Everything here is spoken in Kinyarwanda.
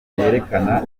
yerekana